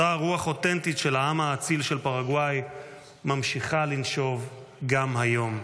אותה רוח אותנטית של העם האציל של פרגוואי ממשיכה לנשוב גם היום.